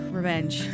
Revenge